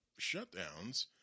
shutdowns